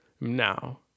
now